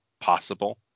possible